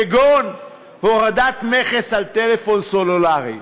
כגון הורדת המכס על טלפון סלולרי.